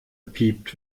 piept